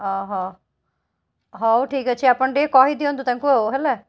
ଅ ହ ହଉ ଠିକ୍ ଅଛି ଆପଣ ଟିକେ କହିଦିଅନ୍ତୁ ତାଙ୍କୁ ଆଉ ହେଲା